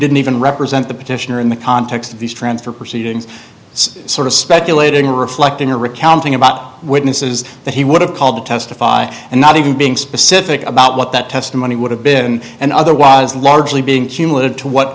didn't even represent the petitioner in the context of these transfer proceedings it's sort of speculating reflecting or recounting about witnesses that he would have called to testify and not even being specific about what that testimony would have been and other was largely being cumulative to what